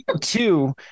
Two